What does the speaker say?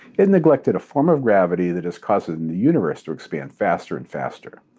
it neglected a form of gravity that is causing the universe to expand faster and faster.